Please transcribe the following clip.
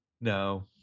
No